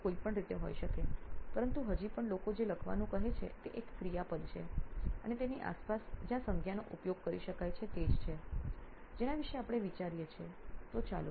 તેથી તે કોઈપણ રીતે હોઈ શકે છે પરંતુ હજી પણ લોકો જે લખવાનું કહે છે તે એક ક્રિયાપદ છે અને તેની આસપાસ જ્યાં સંજ્ઞાનો ઉપયોગ કરી શકાય છે તે જ છે જેના વિશે આપણે વિચારીએ છીએ